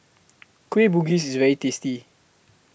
Kueh Bugis IS very tasty